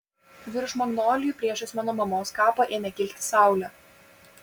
virš magnolijų priešais mano mamos kapą ėmė kilti saulė